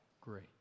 great